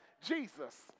Jesus